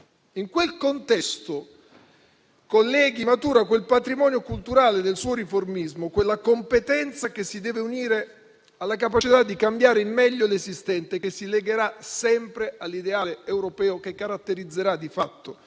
In quel contesto, colleghi, maturò quel patrimonio culturale del suo riformismo, quella competenza che si deve unire alla capacità di cambiare in meglio l'esistente, che si legò sempre all'ideale europeo che caratterizzò di fatto